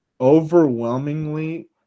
overwhelmingly